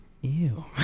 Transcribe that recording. Ew